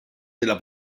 della